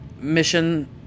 mission